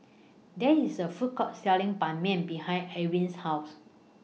There IS A Food Court Selling Ban Mian behind Arlin's House